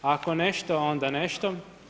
Ako nešto onda nešto.